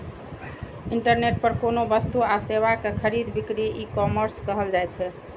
internet पर कोनो वस्तु आ सेवा के खरीद बिक्री ईकॉमर्स कहल जाइ छै